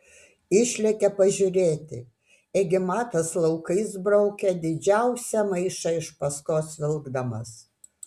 išlėkė pažiūrėti ėgi matas laukais braukė didžiausią maišą iš paskos vilkdamas